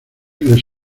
les